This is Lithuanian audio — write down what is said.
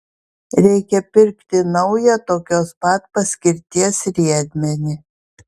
reikia pirkti naują tokios pat paskirties riedmenį